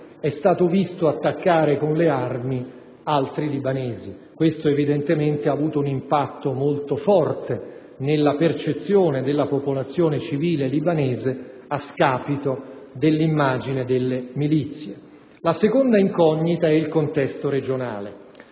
è stato visto attaccare con le armi altri libanesi determinando un impatto molto forte nella percezione della popolazione civile libanese a scapito dell'immagine delle milizie. La seconda incognita è il contesto regionale,